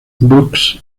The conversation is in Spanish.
brooks